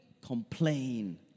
complain